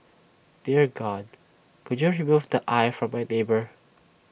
dear God could you remove the eye of my neighbour